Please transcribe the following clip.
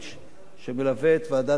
שמלווה את ועדת הפנים,